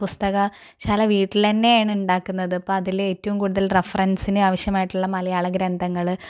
പുസ്തകശാല വീട്ടിൽ തന്നെയാണ് ഉണ്ടാക്കുന്നത് അപ്പം അതില് ഏറ്റവും കുടുതൽ റെഫെറെൻസിൻ്റെ ആവശ്യമായിട്ടുള്ള മലയാള ഗ്രന്ഥങ്ങള്